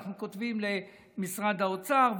אנחנו כותבים למשרד האוצר,